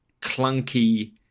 clunky